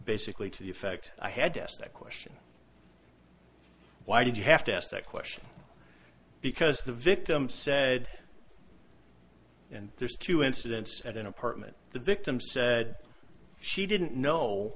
basically to the effect i had asked that question why did you have to ask that question because the victim said and there's two incidents at an apartment the victim said she didn't know